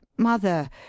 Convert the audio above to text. Mother